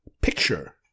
picture